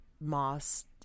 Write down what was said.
Moss